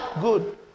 good